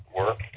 work